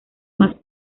más